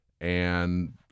And-